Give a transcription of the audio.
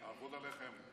לעבוד עליכם.